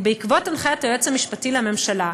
ובעקבות הנחיית היועץ המשפטי לממשלה,